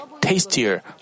tastier